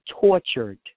tortured